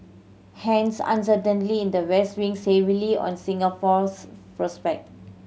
hence uncertainly in the west weighs safely on Singapore's prospect